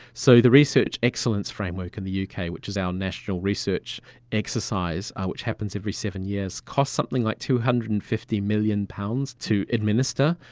so the research excellence framework in the yeah uk, which is our national research exercise which happens every seven years costs something like two hundred and fifty million pounds to administer.